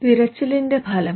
തിരച്ചിലിന്റെ ഫലം